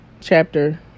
Chapter